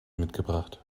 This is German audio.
mitgebracht